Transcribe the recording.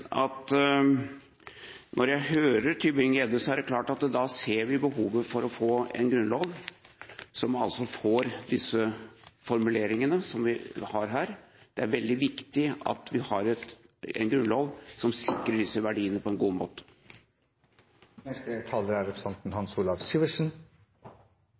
at når jeg hører Tybring-Gjedde, ser vi behovet for å få en grunnlov som får de formuleringene som vi har her. Det er veldig viktig at vi har en grunnlov som sikrer disse verdiene på en god måte. Jeg er